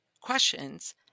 questions